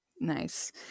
nice